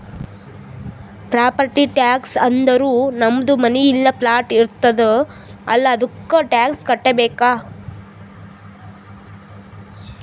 property tax ಅಂದುರ್ ನಮ್ದು ಮನಿ ಇಲ್ಲಾ ಪ್ಲಾಟ್ ಇರ್ತುದ್ ಅಲ್ಲಾ ಅದ್ದುಕ ಟ್ಯಾಕ್ಸ್ ಕಟ್ಟಬೇಕ್